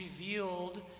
revealed